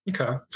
Okay